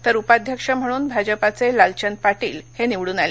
तर उपाध्यक्ष म्हणून भाजपाचे लालचंद पाटील हे निवडुन आले